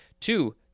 Two